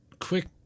quick